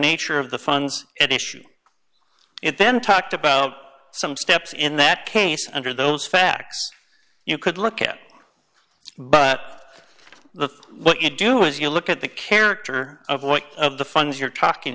nature of the funds at issue it then talked about some steps in that case under those facts you could look at but the what you do is you look at the character of one of the funds you're talking